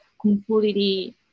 completely